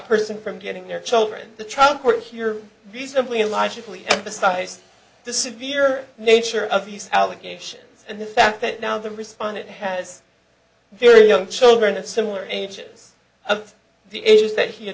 person from getting their children the trial court here recently logically emphasized the severe nature of these allegations and the fact that now the respondent has very young children of similar ages of the ages that he had